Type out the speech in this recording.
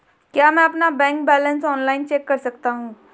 क्या मैं अपना बैंक बैलेंस ऑनलाइन चेक कर सकता हूँ?